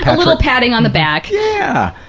a little patting on the back. yeah.